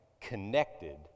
connected